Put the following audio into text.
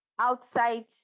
outside